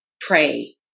pray